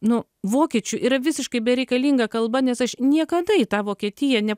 nu vokiečių yra visiškai bereikalinga kalba nes aš niekada į tą vokietiją ne